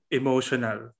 emotional